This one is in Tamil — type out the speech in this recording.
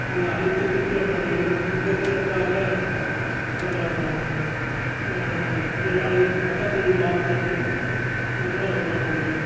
அங்கே அனைத்து கிறித்துவ பண்டிகைகளும் வந்து மிகச்சிறப்பாக கொண்டாடுவாங்க வந்து அது பக்கத்து மாவட்டத்துலேருந்து இங்கே கூட வருவாங்க அங்கே